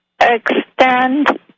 extend